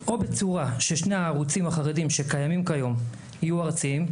או בצורה ששני הערוצים החרדיים שקיימים כיום יהיו ארציים,